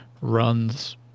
runs